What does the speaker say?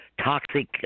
toxic